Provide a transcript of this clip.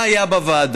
מה היה בוועדה?